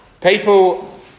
People